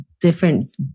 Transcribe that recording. different